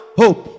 hope